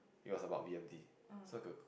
it was about B_M_T so I could